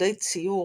ללימודי ציור,